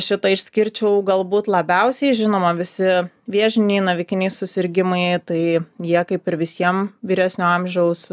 šitą išskirčiau galbūt labiausiai žinoma visi vėžiniai navikiniai susirgimai tai jie kaip ir visiem vyresnio amžiaus